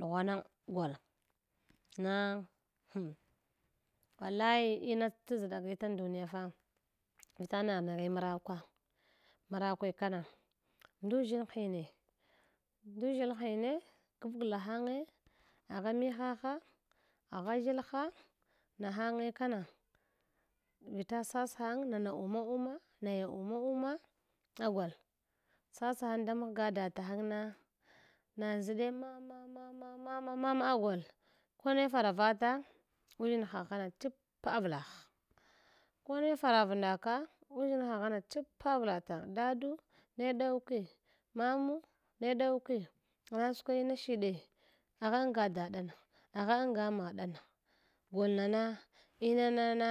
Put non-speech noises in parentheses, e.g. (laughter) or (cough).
Ɗughwana gola na (unintelligible) wallai ina t’ ʒɗagita anduniya fa vita nanghi marakwa marakwe kana nduʒshinhi ne nduʒshinhi ne gargla hange agha mihaha agha ʒshilha nahange kana vita shashang nana uma uma naya uma uma tagwal tsatsahand da maghaga datahang na na ʒde mamamama ma mama gol kone faravata uʒshinha ghana chipa avlagh ko ne faraghur ndaka uʒshinha ghana chip avla tang, dadu ne ɗaw ke mama ne ɗawki mawa skwa in shide agha ang daɗna agha arga maɗana golnana ina na na